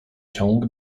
ciąg